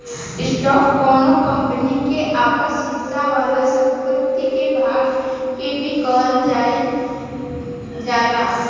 stock कौनो company के आपन हिस्सा वाला संपत्ति के भाग के भी कहल जाइल जाला